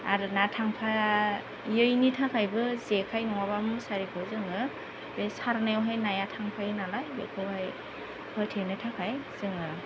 आरो ना थांफायैनि थाखायबो जेखाइ नङाब्ला मुसारिखौ जोङो बे सारनायावहाय नाया थांफायो नालाय बेखौहाय होथेनो थाखाय जोङो